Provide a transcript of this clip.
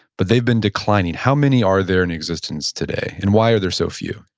but they've been declining. how many are there in existence today, and why are there so few?